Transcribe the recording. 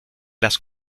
las